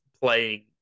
playing